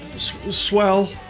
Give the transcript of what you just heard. swell